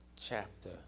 chapter